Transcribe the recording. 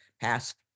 past